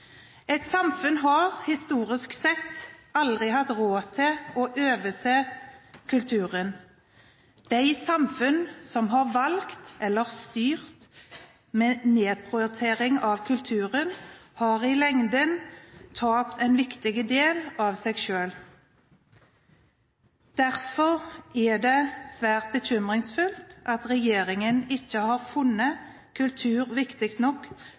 Et samfunn har historisk sett aldri hatt råd til å overse kulturen. De samfunnene som har valgt å styre med nedprioritering av kulturen, har i lengden tapt en viktig del av seg selv. Derfor er det svært bekymringsfullt at regjeringen ikke har funnet kultur viktig nok